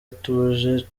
atuje